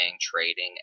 trading